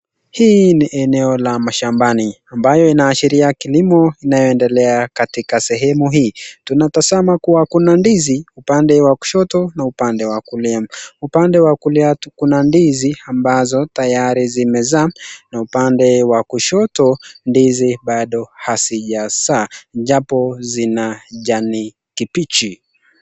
Hii ni eneo la mashambani ambayo inaashiria kilimo ambayo inaendelea katika sehemu hii. Tunatazama kuwa kuna ndizi upande wa kushoto na upande wa kulia. Upande wa kulia kuna ndizi ambazo tayari zimezaa na upande wa kushoto ndizi bado hazijazaa zina jani kibichi.